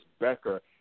Becker